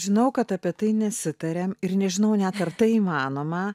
žinau kad apie tai nesitarėm ir nežinau net ar tai įmanoma